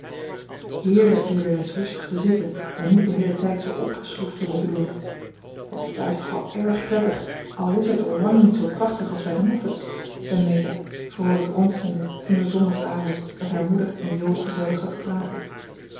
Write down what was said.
heerlijk hier weer eens rustig te zitten en niet den heelen tijd zoo opgeschroefd te moeten doen het is thuis toch wel erg prettig al is het er lang niet zoo prachtig als bij de moffats zei meta vroolijk rondziende toen ze zondagsavonds met haar moeder en jo gezellig zat te praten